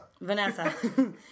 Vanessa